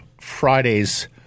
Friday's